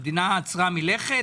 המדינה עצרה מלכת